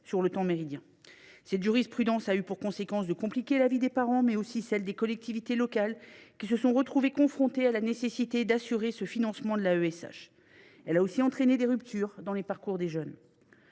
l’éducation nationale. Cette jurisprudence a eu pour conséquence de compliquer la vie des parents, mais aussi celle des collectivités locales, qui se sont retrouvées confrontées à la nécessité d’assurer ce financement. Elle a aussi entraîné des ruptures dans les parcours de ces jeunes.